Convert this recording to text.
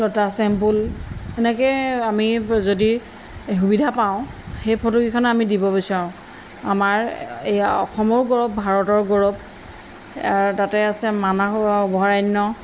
lotus Temple এনেকৈ আমি যদি সুবিধা পাওঁ সেই ফটোকেইখনে আমি দিব বিচাৰোঁ আমাৰ এয়া অসমৰ গৌৰৱ ভাৰতৰ গৌৰৱ তাতে আছে মানাহ অভয়াৰণ্য